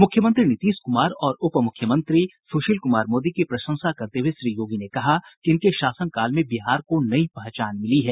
मुख्यमंत्री नीतीश कुमार और उप मुख्यमंत्री सुशील कुमार मोदी की प्रशंसा करते हुए श्री योगी ने कहा कि इनके शासनकाल में बिहार को नई पहचान मिली है